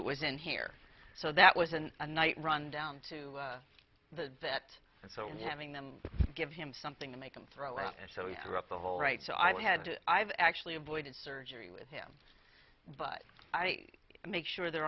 it was in here so that was in a night run down to the vet so having them give him something to make him throw up and so you were up the whole right so i had to i've actually avoided surgery with him but i make sure there